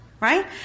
Right